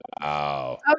wow